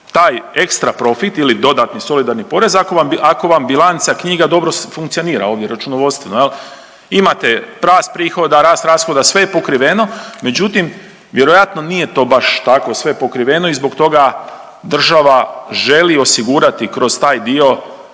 taj ekstra profet ili dodatni solidarni porez ako vam bilanca knjiga dobro funkcionira ovdje računovodstveno jel, imate rast prihoda, rast rashoda, sve je pokriveno, međutim vjerojatno nije to baš tako sve pokriveno i zbog toga država želi osigurati kroz taj dio